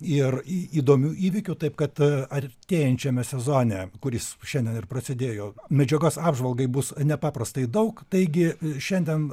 ir į įdomių įvykių taip kad artėjančiame sezone kuris šiandien ir prasidėjo medžiagos apžvalgai bus nepaprastai daug taigi šiandien